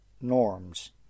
norms